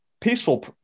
peaceful